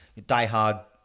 diehard